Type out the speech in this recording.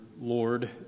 Lord